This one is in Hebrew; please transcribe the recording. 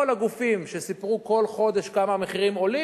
כל הגופים שסיפרו כל חודש כמה המחירים עולים,